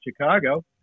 Chicago